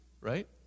right